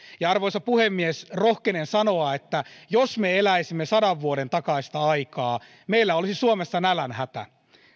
ja arvoisa puhemies rohkenen sanoa että jos me eläisimme sadan vuoden takaista aikaa meillä olisi suomessa nälänhätä